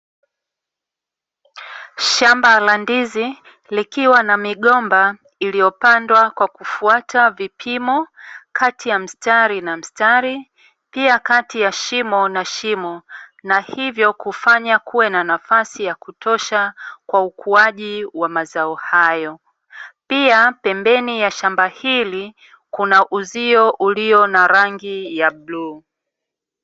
Shamba la ndizi likiwa na migomba iliyopandwa kwa kufuata vipimo kati ya mstari na mstari pia kati ya shimo na shimo na hivyo kufanya kuwe na nafasi ya kutosha kwa ukuaji wa mazao hayo, pia pembeni ya shamba hili kuna uzio ulio na rangi ya bluu.